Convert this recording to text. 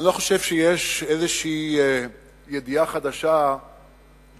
אני לא חושב שיש איזו ידיעה חדשה בעובדה